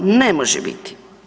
Ne može biti.